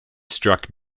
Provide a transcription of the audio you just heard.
struck